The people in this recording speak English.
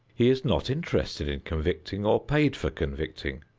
he is not interested in convicting or paid for convicting,